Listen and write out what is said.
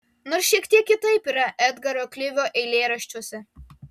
nors šiek tiek kitaip yra edgaro klivio eilėraščiuose